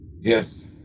Yes